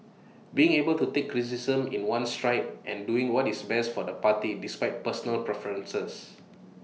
being able to take criticism in one's stride and doing what is best for the party despite personal preferences